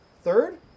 Third